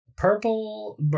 Purple